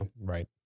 Right